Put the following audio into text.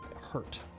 hurt